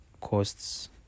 costs